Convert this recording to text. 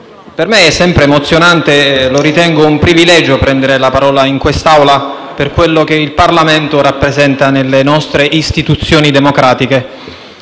per me è sempre un'emozione e un privilegio prendere la parola in quest'Aula, per quello che il Parlamento rappresenta nelle nostre istituzioni democratiche,